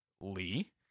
lee